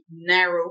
narrow